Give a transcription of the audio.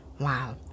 Wow